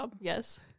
yes